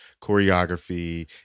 choreography